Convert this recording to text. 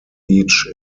each